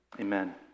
Amen